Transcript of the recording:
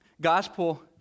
gospel